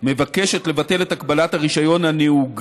רק בגלל שזה האופוזיציה?